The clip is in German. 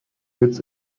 sitz